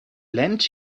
lent